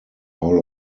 hall